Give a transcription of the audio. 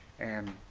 and